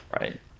Right